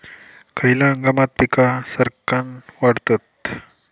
खयल्या हंगामात पीका सरक्कान वाढतत?